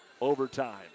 overtime